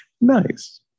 nice